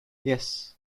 yes